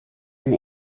and